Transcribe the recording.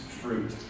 fruit